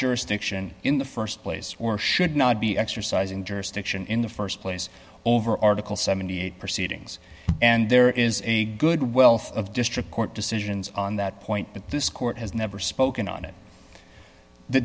jurisdiction in the st place or should not be exercising jurisdiction in the st place over article seventy eight proceedings and there is a good wealth of district court decisions on that point but this court has never spoken on it the